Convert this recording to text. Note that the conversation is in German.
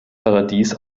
paradies